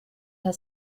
her